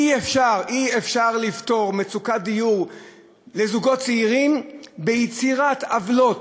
אי-אפשר לפתור מצוקת דיור לזוגות צעירים ביצירת עוולות,